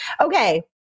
okay